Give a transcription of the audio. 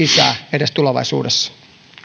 edes tulevaisuudessa arvoisa